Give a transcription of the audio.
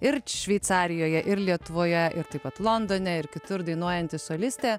ir šveicarijoje ir lietuvoje ir taip pat londone ir kitur dainuojanti solistė